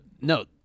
no